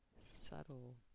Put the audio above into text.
subtle